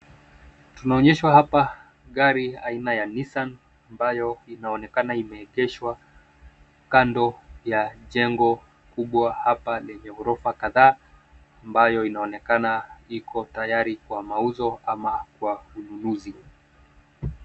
Tunaonyeshwa hapa gari aina ya Nissan ambayo inaonekana imeegeshwa kando ya jengo kubwa hapa lenye ghorofa kadhaa ambayo inaonekana iko tayari kwa mauzo ama kwa ununuzi.